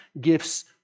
gifts